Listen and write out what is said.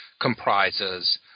comprises